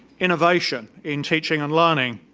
innovation in teaching and learning